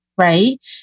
right